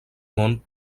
món